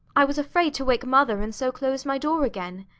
i was afraid to wake mother, and so closed my door again.